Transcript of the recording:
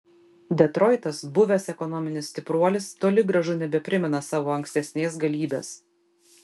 detroitas buvęs ekonominis stipruolis toli gražu nebeprimena savo ankstesnės galybės